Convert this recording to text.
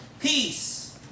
Peace